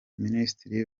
minisitiri